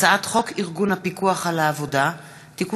הצעת חוק ארגון הפיקוח על העבודה (תיקון